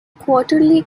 quarterly